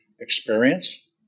experience